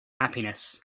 happiness